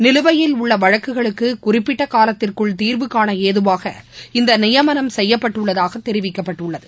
நிலுவையில் உள்ளவழக்குகளுக்குறிப்பிட்டகாலத்திற்குள் தீர்வுகாணஏதுவாக இந்தநியமனம் செய்யப்பட்டுள்ளதாகதெரிவிக்கப்பட்டுள்ளது